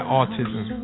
autism